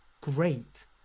great